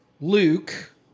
Luke